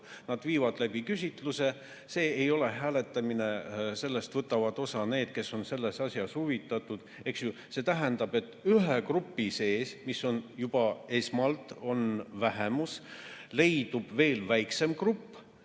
nad viivad läbi küsitluse. See ei ole hääletamine, sellest võtavad osa need, kes on sellest asjast huvitatud. See tähendab, et ühe grupi sees, mis on juba esmalt vähemus, leidub veel väiksem grupp,